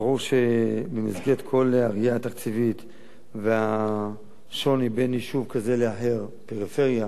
ברור שבמסגרת כל העלייה התקציבית והשוני בין אישור כזה לאחר בפריפריה,